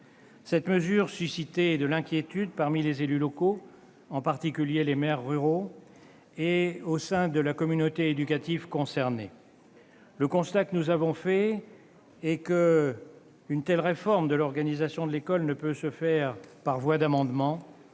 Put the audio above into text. Cette mesure suscitait de l'inquiétude parmi les élus locaux, en particulier les maires ruraux, et la communauté éducative concernée. Nous avons fait le constat qu'une telle réforme de l'organisation de l'école ne pouvait se faire par voie d'amendement,